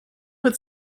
with